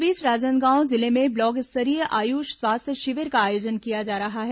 इस बीच राजनांदगांव जिले में ब्लॉक स्तरीय आयुष स्वास्थ्य शिविर का आयोजन किया जा रहा है